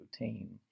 routine